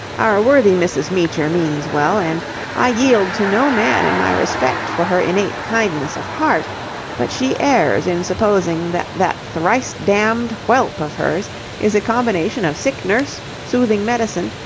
our worthy mrs. meecher means well, and i yield to no man in my respect for her innate kindness of heart but she errs in supposing that that thrice-damned whelp of hers is a combination of sick-nurse, soothing medicine,